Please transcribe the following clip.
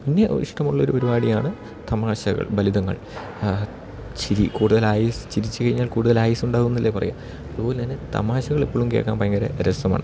പിന്നെ ഒ ഇഷ്ടമുള്ള ഒരു പരിപാടിയാണ് തമാശകൾ ഫലിതങ്ങൾ ചിരി കൂടുതലായ്സ് ചിരിച്ച് കഴിഞ്ഞാൽ കൂടുതൽ ആയസുണ്ടാവും എന്നല്ലേ പറയാ അതുപോലെ തന്നെ തമാശകളെപ്പളും കേൾക്കാൻ ഭയങ്കര രസമാണ്